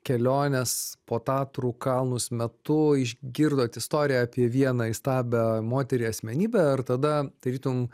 kelionės po tatrų kalnus metu išgirdot istoriją apie vieną įstabią moterį asmenybę ir tada tarytum